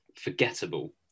forgettable